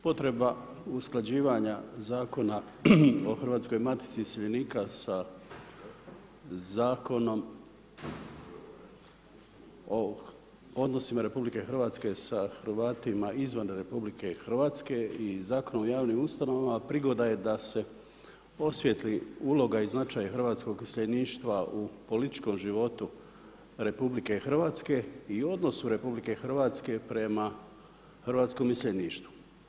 Potreba usklađivanja Zakona o Hrvatskoj matici iseljenika o odnosima RH sa Hrvatima izvan RH i Zakon o javnim ustanovama prigoda je da se osvijetli uloga i značaj hrvatskog iseljeništva u političkom životu RH i odnosu RH prema hrvatskom iseljeništvu.